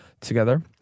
together